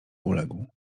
uległ